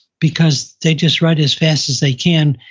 because they just write as fast as they can,